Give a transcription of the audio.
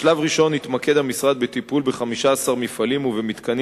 בשלב ראשון התמקד המשרד בטיפול ב-15 מפעלים ובמתקנים